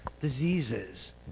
diseases